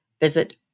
visit